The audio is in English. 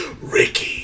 Ricky